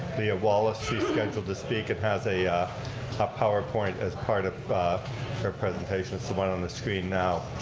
leah wallace, she's scheduled to speak. it has a ah powerpoint as part of her presentation. it's the one on the screen now.